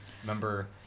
Remember